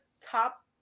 top